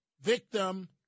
victim